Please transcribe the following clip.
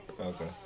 okay